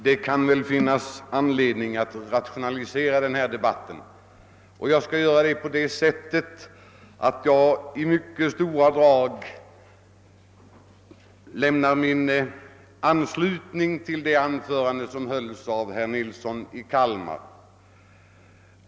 Herr talman! Det kan finnas anledning att rationalisera denna debatt, och jag skall göra det på det sättet att jag i mycket stora drag ansluter mig till vad herr Nilsson i Kalmar sade.